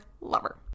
Lover